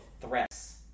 threats